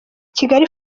kigali